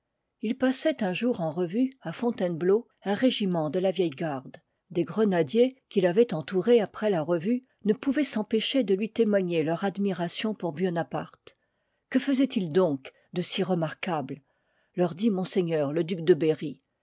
il passoit un jour en revue à fontainebleau un régiment de la vieille garde des grenadiers qui l'avoient entouré après la revue ne pouvoient s'empêcher de lui témoigner leur admiration pour buon aparté que faisoitil donc de si remarquable leur dit m le duc de berry